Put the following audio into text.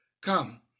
Come